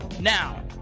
Now